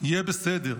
יהיה בסדר.